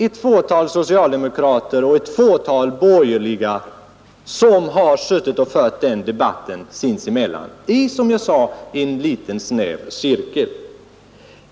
Ett fåtal socialdemokrater och ett fåtal borgerliga har suttit och fört den debatten sinsemellan inom, som jag sade, en snäv cirkel.